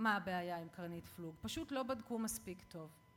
מה הבעיה עם קרנית פלוג, פשוט לא בדקו מספיק טוב.